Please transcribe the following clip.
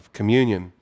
communion